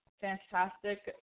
fantastic